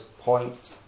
point